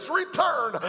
return